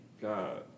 God